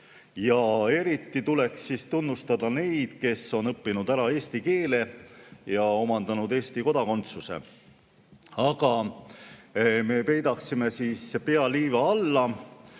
Ja eriti tuleks tunnustada neid, kes on õppinud ära eesti keele ja omandanud Eesti kodakondsuse. Aga me peidaksime pea liiva alla,